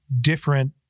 different